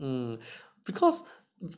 mm because